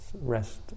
rest